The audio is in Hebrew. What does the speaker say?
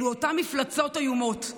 אלו אותן מפלצות איומות.